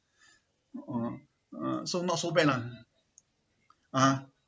uh so not so bad lah ah